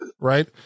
right